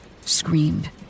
screamed